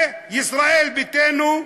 וישראל ביתנו,